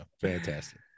Fantastic